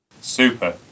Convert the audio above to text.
Super